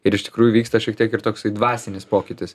ir iš tikrųjų vyksta šiek tiek ir toksai dvasinis pokytis